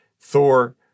Thor